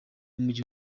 b’umujyi